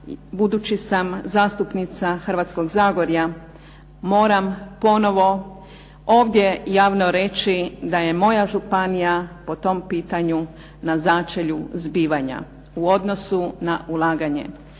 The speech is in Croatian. budući sam zastupnica Hrvatskog zagorja moram ponovo ovdje javno reći da je moja županija po tom pitanju na začelju zbivanja u odnosu na ulaganje.